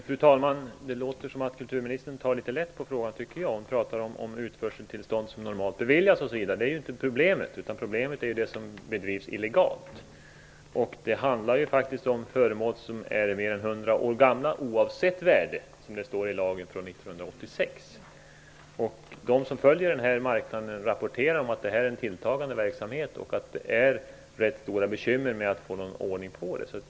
Fru talman! Det låter som att kulturministern tar litet lätt på frågan. Hon talade om utförseltillstånd, som normalt beviljas. Men det är ju inte det som är problemet utan det som sker illegalt. Och det gäller faktiskt föremål som är mer än hundra år gamla, oavsett värde, som det står i lagen från 1986. De som följer marknaden rapporterar att detta är en tilltagande verksamhet som det är svårt att få någon ordning på.